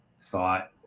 thought